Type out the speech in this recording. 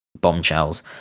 bombshells